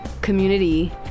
community